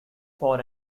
for